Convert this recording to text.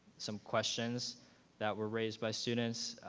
some questions that were raised by students.